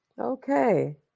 Okay